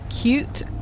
Cute